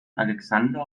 alexander